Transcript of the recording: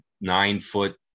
nine-foot